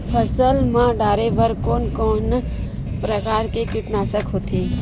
फसल मा डारेबर कोन कौन प्रकार के कीटनाशक होथे?